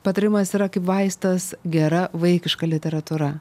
patarimas yra kaip vaistas gera vaikiška literatūra